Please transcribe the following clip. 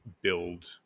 Build